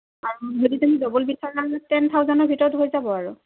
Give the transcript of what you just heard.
আৰু যদি তুমি ডাবুল বিচৰা টেন থাউচেণ্ডৰ ভিতৰত হৈ যাব আৰু